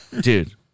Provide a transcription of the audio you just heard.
dude